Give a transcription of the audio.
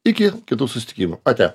iki kitų susitikimų ate